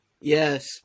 Yes